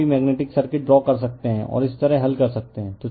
यहां भी magnetic circuit draw कर सकते हैं और इस तरह हल कर सकते हैं